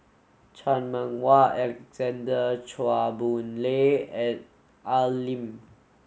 Chan Meng Wah Alexander Chua Boon Lay and Al Lim